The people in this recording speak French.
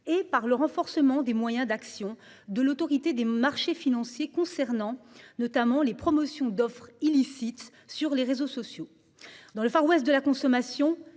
et par l'accroissement des moyens d'action de l'Autorité des marchés financiers (AMF), concernant, en particulier, les promotions d'offres illicites sur les réseaux sociaux. Dans ce Far West de la consommation,